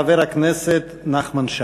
חבר הכנסת נחמן שי.